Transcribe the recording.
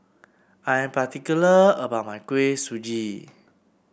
I am particular about my Kuih Suji